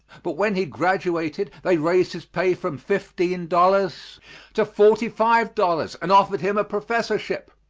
but when he graduated they raised his pay from fifteen dollars to forty-five dollars and offered him a professorship.